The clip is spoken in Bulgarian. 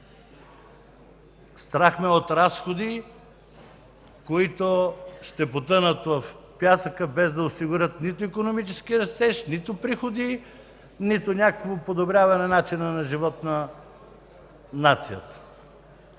Страх ме е от разходи, които ще потънат в пясъка, без да осигурят нито икономически растеж, нито приходи, нито някакво подобряване начина на живот на нацията.